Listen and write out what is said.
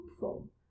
hopeful